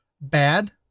bad